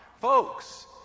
Folks